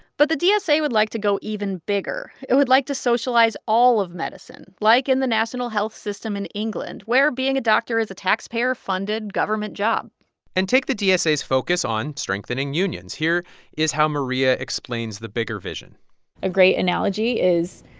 but the dsa would like to go even bigger. it would like to socialize all of medicine, like in the national health system in england, where being a doctor is a taxpayer-funded government job and take the dsa's focus on strengthening unions. here is how maria explains the bigger vision a great analogy is,